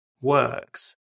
works